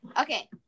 okay